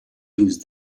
use